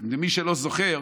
למי שלא זוכר,